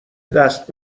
دست